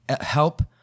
help